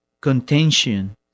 contention